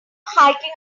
hiking